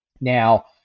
Now